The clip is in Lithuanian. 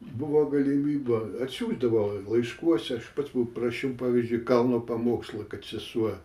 buvo galimybė atsiųsdavo laiškuose aš pats paprašiau pavyzdžiui kalno pamokslą kad sesuo